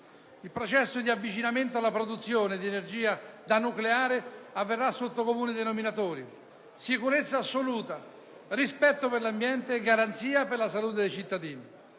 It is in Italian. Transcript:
Il processo di avvicinamento alla produzione di energia da nucleare avverrà sotto comuni denominatori: sicurezza assoluta, rispetto per l'ambiente e garanzia della salute dei cittadini.